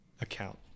account